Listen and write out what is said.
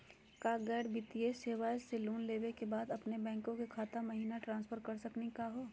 का गैर बैंकिंग वित्तीय सेवाएं स लोन लेवै के बाद अपन बैंको के खाता महिना ट्रांसफर कर सकनी का हो?